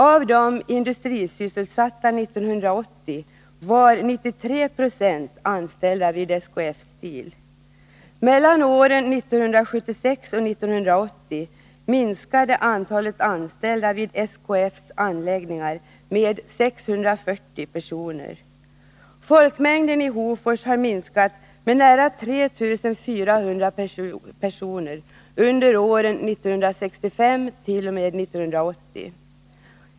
Av de industrisysselsatta i kommunen 1980 var 93 70 anställda vid SKF Steel. Mellan åren 1976 och 1980 minskade antalet anställda vid SKF:s anläggningar med 640 personer. Folkmängden i Hofors har minskat med nära 3 400 personer under åren 1965-1980.